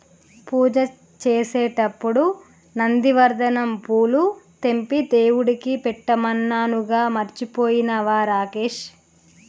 పూజ చేసేటప్పుడు నందివర్ధనం పూలు తెంపి దేవుడికి పెట్టమన్నానుగా మర్చిపోయినవా రాకేష్